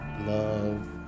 love